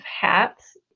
hats